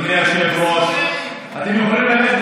אדוני היושב-ראש, אתם יכולים לגשת